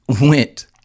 went